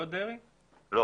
לא,